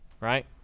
right